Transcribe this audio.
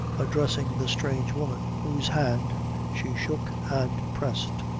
addressing the strange woman, whose hand she shook and pressed.